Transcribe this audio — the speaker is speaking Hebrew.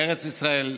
בארץ ישראל,